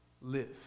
live